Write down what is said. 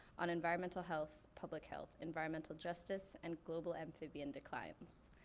on environmental health, public health, environmental justice, and global amphibian declines.